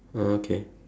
oh okay